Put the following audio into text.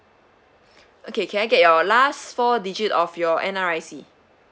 okay can I get your last four digit of your N_R_I_C